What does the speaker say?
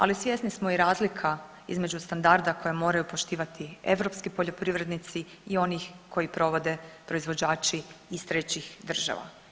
Ali svjesni smo i razlika između standarda koje moraju poštivati europski poljoprivrednici i oni koji provode proizvođači iz trećih država.